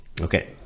Okay